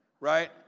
Right